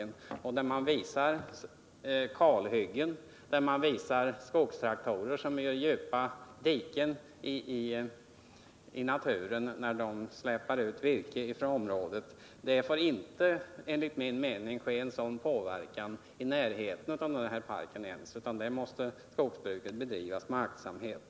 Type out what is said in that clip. Där visade man bilder på kalhyggen och skogstraktorer som gjorde djupa diken i naturen när de släpade ut virke från området. Det får enligt min mening inte ske sådan påverkan ens i närheten av den här nationalparken, utan där måste skogsbruket bedrivas med aktsamhet.